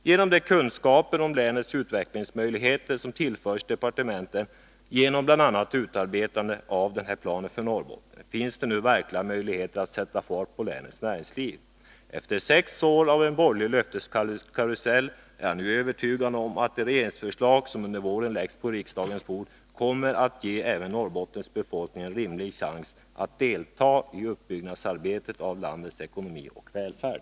Genom de kunskaper om länets utvecklingsmöjligheter som tillförts departementen genom bl.a. utarbetandet av utvecklingsplanen för Norrbotten finns det nu verkliga möjligheter att sätta fart på länets näringsliv. Efter sex år av borgerlig löfteskarusell är jag nu övertygad om att de regeringsförslag som under våren läggs på riksdagens bord kommer att ge även Norrbottens befolkning en rimlig chans att delta i uppbyggnadsarbetet av landets ekonomi och välfärd.